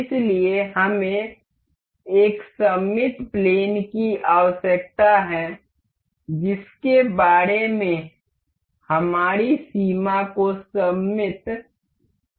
इसलिए हमें एक सममिति प्लेन की आवश्यकता है जिसके बारे में हमारी सीमा को सममित होना चाहिए